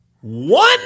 one